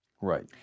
Right